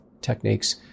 techniques